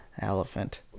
Elephant